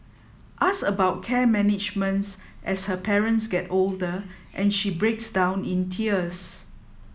ask about care managements as her parents get older and she breaks down in tears